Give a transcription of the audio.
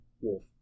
Wolf